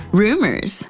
rumors